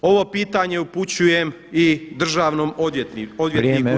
Ovo pitanje upućujem i državnom odvjetniku